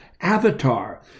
avatar